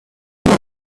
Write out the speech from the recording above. her